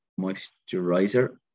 moisturizer